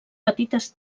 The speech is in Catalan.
petites